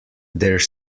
there